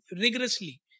rigorously